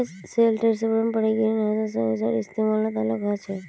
bioshelter पारंपरिक greenhouse स ऊर्जार इस्तमालत अलग ह छेक